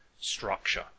structure